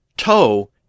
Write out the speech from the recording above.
toe